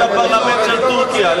לך לפרלמנט של טורקיה,